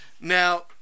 Now